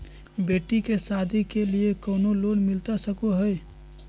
बेटी के सादी के लिए कोनो लोन मिलता सको है?